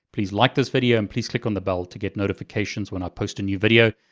please like this video, and please click on the bell to get notifications when i post a new video.